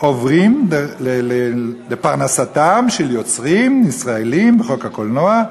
עוברים לפרנסתם של יוצרים ישראלים בחוק הקולנוע,